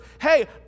hey